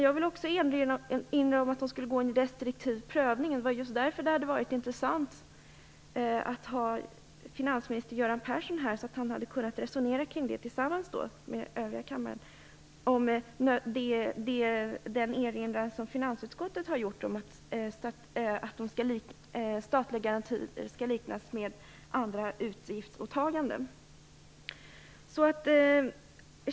Jag vill också erinra om att de skulle få en restriktiv prövning. Det var just därför det hade varit intressant att ha finansminister Göran Persson här, så att han kunde ha resonerat med övriga här i kammaren kring detta och om den erinran som finansutskottet har gjort om att statliga garantier skall liknas vid andra utgiftsåtaganden.